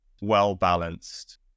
well-balanced